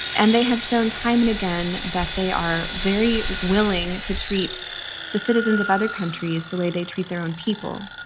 and they have shown time and again that they are very willing to treat the citizens of other countries the way they treat their own people,